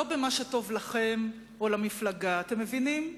לא במה שטוב לכם ולמפלגה, אתם מבינים?